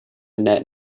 net